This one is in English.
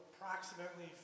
approximately